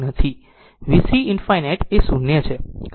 તેથી VC ∞ એ 0 છે